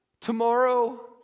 tomorrow